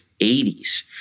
80s